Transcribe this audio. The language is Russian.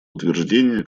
утверждения